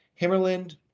Himmerland